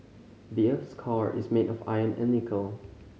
the earth's core is made of iron and nickel